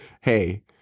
hey